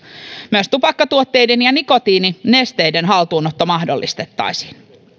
myös tupakkatuotteiden ja nikotiininesteiden haltuunotto mahdollistettaisiin